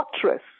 fortress